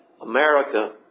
America